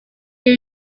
new